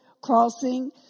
crossing